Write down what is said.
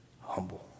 humble